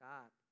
God